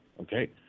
okay